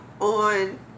on